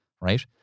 right